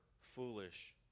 foolish